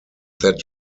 that